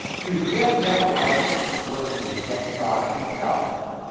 to reject that light was to reject god himself,